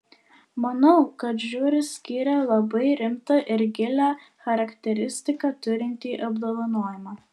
manau kad žiuri skyrė labai rimtą ir gilią charakteristiką turintį apdovanojimą